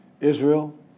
Israel